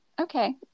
Okay